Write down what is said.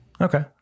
Okay